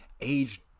age